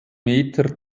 meter